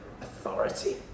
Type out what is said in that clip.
authority